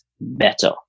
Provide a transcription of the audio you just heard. better